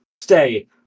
stay